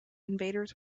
invaders